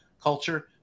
culture